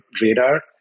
radar